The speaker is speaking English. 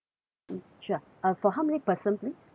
mm sure uh for how many person please